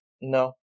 no